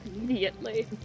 immediately